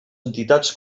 entitats